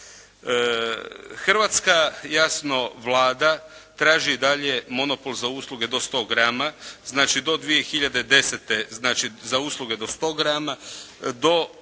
Hrvatska jasno Vlada traži i dalje monopol za usluge do 100 grama, znači do 2010. znači za usluge do 100 grama,